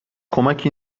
کمکی